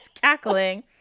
cackling